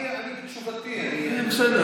בתשובתי אני, בסדר.